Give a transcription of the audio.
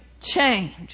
change